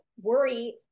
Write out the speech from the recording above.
worry